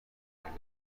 سرگرم